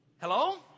Hello